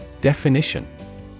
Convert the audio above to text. Definition